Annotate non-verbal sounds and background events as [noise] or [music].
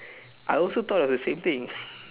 I also thought of the same thing [laughs]